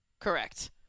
Correct